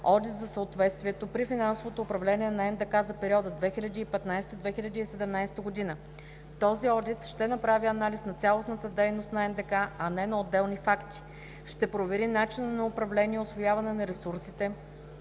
„Одит за съответствието при финансовото управление на НДК за периода 2015 – 2017 г.“ Този одит ще направи анализ на цялостната дейност на НДК, а не на отделни факти. Ще провери начина на управление и усвояване на ресурсите,